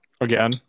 again